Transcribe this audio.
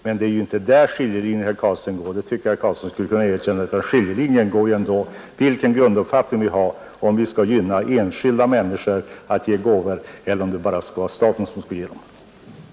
Men det är ju inte där skiljelinjen går, och det tycker jag att herr Carlstein skulle kunna erkänna. Skiljelinjen går ju ändå mellan de olika grunduppfattningarna: mellan dem som vill uppmuntra enskilda människor att ge gåvor och dem som tycker att det bara är staten som skall ge dem.